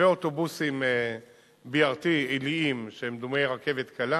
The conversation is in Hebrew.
ואוטובוסים BRT, עיליים, שהם דמויי רכבת קלה,